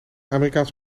amerikaans